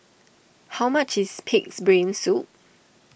how much is Pig's Brain Soup